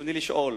ברצוני לשאול: